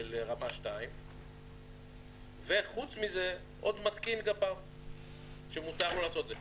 של רמה 2. חוץ מזה עוד מתקין גפ"מ שמותר לו לעשות את זה.